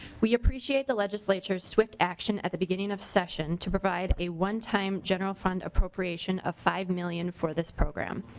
we appreciate the legislature swift action at the beginning of session to provide a one-time general fund appropriation of five million for this program.